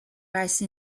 rice